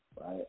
right